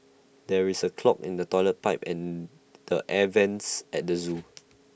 there is A clog in the Toilet Pipe and the air Vents at the Zoo